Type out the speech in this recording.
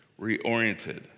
reoriented